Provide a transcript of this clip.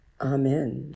Amen